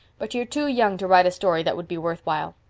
but you're too young to write a story that would be worth while.